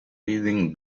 reading